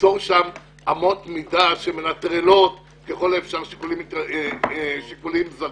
ליצור שם אמות מידה שמנטרלות ככל האפשר שיקולים זרים.